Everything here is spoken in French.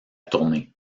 tournée